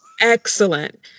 Excellent